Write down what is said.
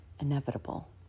inevitable